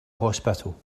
hospital